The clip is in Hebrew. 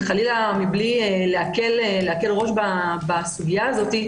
חלילה מבלי להקל ראש בסוגיה הזאת,